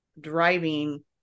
driving